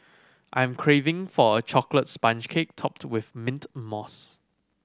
I am craving for a chocolate sponge cake topped with mint mousse